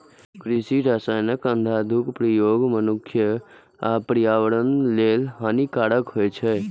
कृषि रसायनक अंधाधुंध प्रयोग मनुक्ख आ पर्यावरण लेल हानिकारक होइ छै